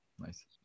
Nice